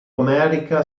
america